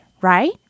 right